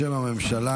בשם הממשלה,